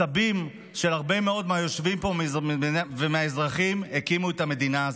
הסבים של הרבה מאוד מהיושבים פה ומהאזרחים הקימו את המדינה הזאת,